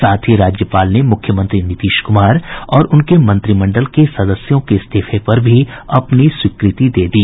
साथ ही राज्यपाल ने मूख्यमंत्री नीतीश कुमार और उनके मंत्रिमंडल के सदस्यों के इस्तीफे पर भी अपनी स्वीकृति दे दी